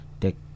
take